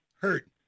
Hurt